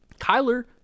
Kyler